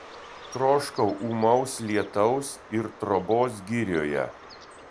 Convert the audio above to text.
troškau ūmaus lietaus ir trobos girioje